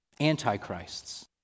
Antichrists